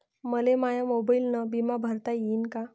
मले माया मोबाईलनं बिमा भरता येईन का?